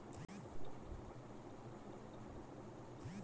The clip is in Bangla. আর.টি.জি.এস বা এন.ই.এফ.টি ব্যাংকে কতক্ষণ পর্যন্ত করা যায়?